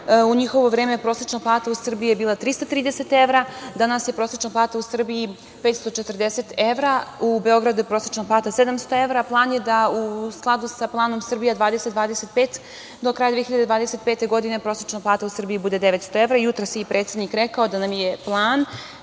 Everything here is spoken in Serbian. U njihovo vreme je prosečna plata u Srbiji bila 330 evra, a danas je prosečna plata u Srbiji 540 evra. U Beogradu je prosečna plata 700 evra, a plan je da, u skladu sa Planom „Srbija 2025“ do kraja 2025. godine prosečna plata u Srbiji bude 900 evra. Jutros je i predsednik rekao da nam je plan